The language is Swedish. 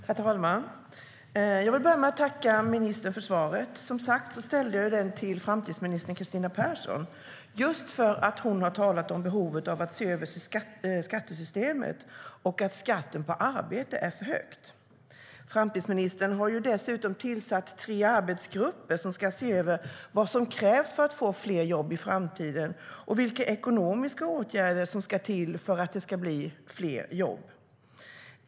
Herr talman! Jag vill börja med att tacka ministern för svaret. Som sagt ställde jag interpellationen till framtidsminister Kristina Persson just för att hon har talat om behovet av att se över skattesystemet och att skatten på arbete är för hög. Framtidsministern har ju dessutom tillsatt tre arbetsgrupper som ska se över vad som krävs för att få fler jobb i framtiden och vilka ekonomiska åtgärder som ska till för att det ska bli fler jobb.